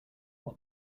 what